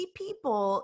people